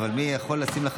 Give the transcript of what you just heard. אבל מי יכול לשים לך,